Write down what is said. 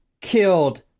killed